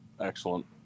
excellent